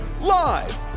live